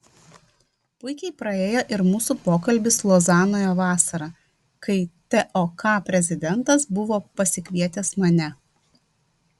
puikiai praėjo ir mūsų pokalbis lozanoje vasarą kai tok prezidentas buvo pasikvietęs mane